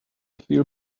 feel